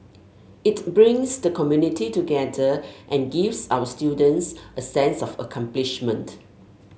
it brings the community together and gives our students a sense of accomplishment